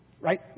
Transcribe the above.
right